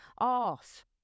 off